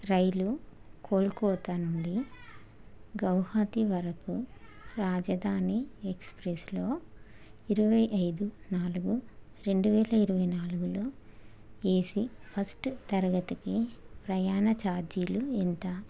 రైలు కోల్కోతా నుండి గౌహతి వరకు రాజధాని ఎక్స్ప్రెస్లో ఇరవై ఐదు నాలుగు రెండువేల ఇరవై నాలుగులో ఏసీ ఫస్ట్ తరగతికి ప్రయాణ ఛార్జీలు ఎంత